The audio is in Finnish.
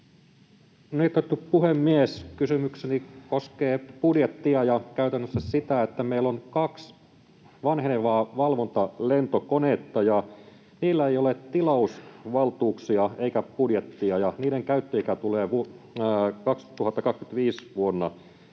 Kunnioitettu puhemies! Kysymykseni koskee budjettia ja käytännössä sitä, että meillä on kaksi vanhenevaa valvontalentokonetta ja niillä ei ole tilausvaltuuksia eikä budjettia ja niiden käyttöikä tulee vuonna 2025